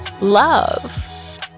Love